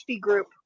group